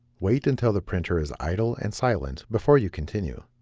wait until the printer is idle and silent before you continue.